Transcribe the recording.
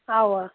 اَوا